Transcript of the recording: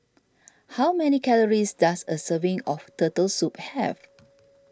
how many calories does a serving of Turtle Soup have